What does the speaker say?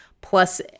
plus